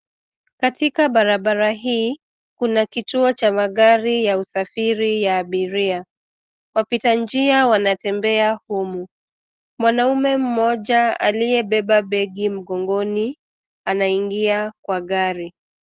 Katika barabara hii kuna kituo cha magari ya usafiri ya abiria. Wapita njia wanatembea humu. Mwanaume mmoja aliyebeba begi mgongoni anaingia kwa gari.